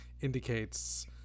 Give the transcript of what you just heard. indicates